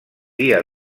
dia